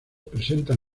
presentan